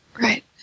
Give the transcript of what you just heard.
Right